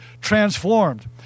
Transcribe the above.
transformed